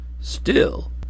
Still